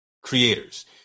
creators